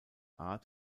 art